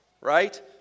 Right